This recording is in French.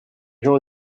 gens